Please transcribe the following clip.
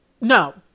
no